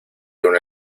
una